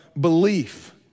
belief